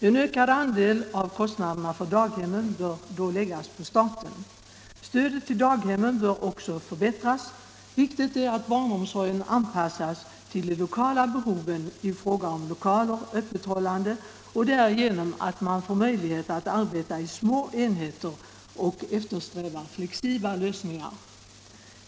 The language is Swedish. En ökad andel av kostnaderna för daghemmen bör då läggas på staten. Stödet till daghemmen bör också förbättras. Viktigt är att barnomsorgen anpassas till de lokala behoven i fråga om lokaler och öppethållande och därigenom att man arbetar med små enheter och eftersträvar flexibla lösningar.